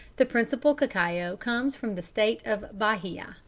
the principal cacao comes from the state of bahia,